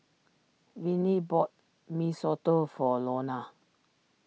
Vinnie bought Mee Soto for Lona